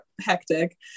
hectic